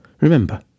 Remember